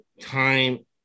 time